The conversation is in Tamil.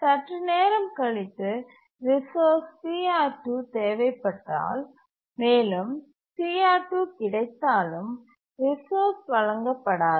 சற்று நேரம் கழித்து ரிசோர்ஸ் CR2 தேவைப்பட்டால் மேலும் CR2 கிடைத்தாலும் ரிசோர்ஸ் வழங்கப்படாது